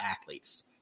athletes